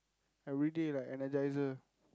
every day like energiser